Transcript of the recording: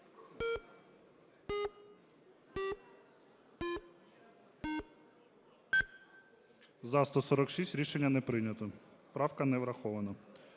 За-146 Рішення не прийнято. Правка не врахована.